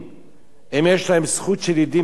יש להם זכות של ילידים בארץ-ישראל.